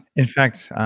in fact,